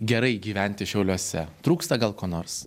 gerai gyventi šiauliuose trūksta gal ko nors